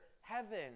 heaven